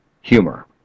Humor